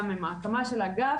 גם עם ההקמה של האגף,